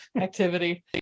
activity